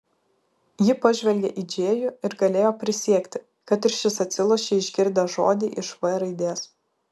ji pažvelgė į džėjų ir galėjo prisiekti kad ir šis atsilošė išgirdęs žodį iš v raidės